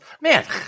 man